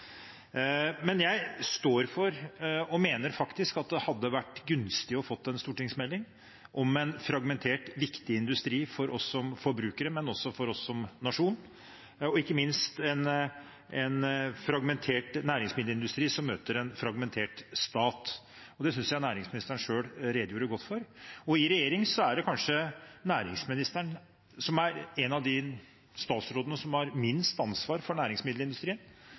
Jeg står for og mener at det hadde vært gunstig å få en stortingsmelding om en fragmentert og viktig industri for oss som forbrukere, men også for oss som nasjon, og ikke minst om en fragmentert næringsmiddelindustri som møter en fragmentert stat. Det synes jeg næringsministeren selv redegjorde godt for. I regjeringen er det kanskje næringsministeren som er en av de statsrådene som har minst ansvar for næringsmiddelindustrien.